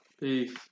Peace